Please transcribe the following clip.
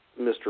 Mr